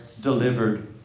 delivered